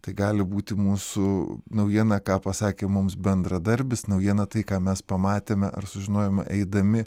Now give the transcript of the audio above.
tai gali būti mūsų naujiena ką pasakė mums bendradarbis naujiena tai ką mes pamatėme ar sužinojome eidami